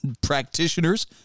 practitioners